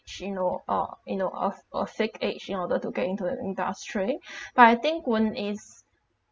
you know uh you know of uh fake age in order to get into the industry but I think when is